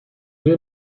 روی